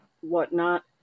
whatnot